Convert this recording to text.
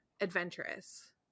adventurous